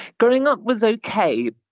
growing up was okay,